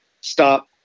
stop